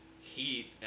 Heat